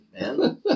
man